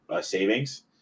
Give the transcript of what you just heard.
savings